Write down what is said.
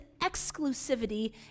exclusivity